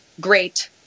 great